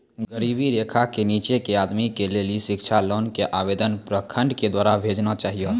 गरीबी रेखा से नीचे के आदमी के लेली शिक्षा लोन के आवेदन प्रखंड के द्वारा भेजना चाहियौ?